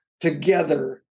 together